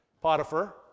Potiphar